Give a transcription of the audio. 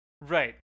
Right